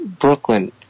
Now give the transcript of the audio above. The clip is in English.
Brooklyn